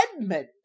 Edmund